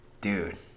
dude